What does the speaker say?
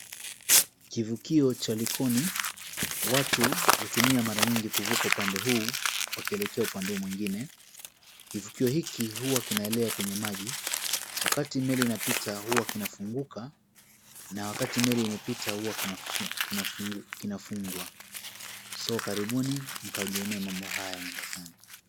Kivukio cha Likoni watu hutumia mara nyingi kuvuka upande huu wakielekea upande mwingine. Kivukio hiki huwa kinaelea kwenye maji, wakati meli inapita hua kinafunguka na wakati meli imepita hua kinafungwa so[cs[ karibuni mkajionee mambo haya Mombasani.